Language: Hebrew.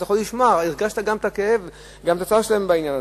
אתה יכול לשמוע, שמעת גם את הצער שלהם בעניין הזה.